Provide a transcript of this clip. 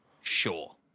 Sure